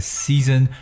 season